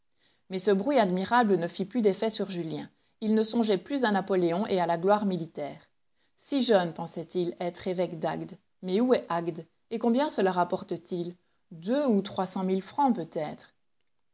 mais ce bruit admirable ne fit plus d'effet sur julien il ne songeait plus à napoléon et à la gloire militaire si jeune pensait-il être évêque d'agde mais où est agde et combien cela rapporte t il deux ou trois cent mille francs peut-être